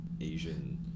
Asian